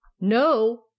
No